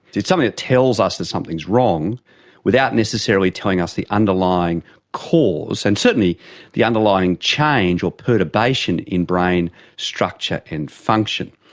it's something that tells us that something is wrong without necessarily telling us the underlying cause, and certainly the underlying change or perturbation in brain structure and function.